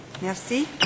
Merci